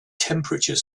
temperature